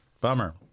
bummer